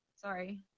Sorry